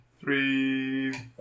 Three